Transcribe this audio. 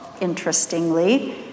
interestingly